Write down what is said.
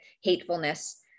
hatefulness